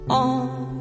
on